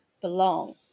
belong